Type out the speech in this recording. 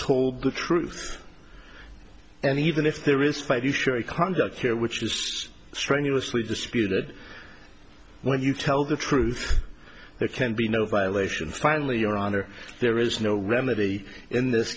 told the truth and even if there is spite you surely conduct here which you strenuously disputed when you tell the truth there can be no violation finally your honor there is no remedy in this